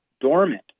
dormant